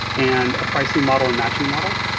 and a pricing model, and matching model,